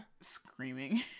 Screaming